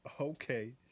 Okay